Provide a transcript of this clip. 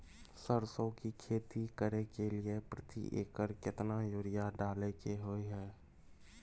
सरसो की खेती करे के लिये प्रति एकर केतना यूरिया डालय के होय हय?